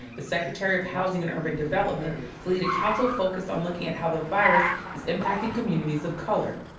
the secretary of housing and urban development, to lead a council focused on looking at how the virus is impacting communities of color.